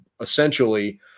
essentially